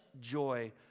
joy